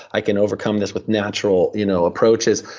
i can overcome this with natural you know approaches.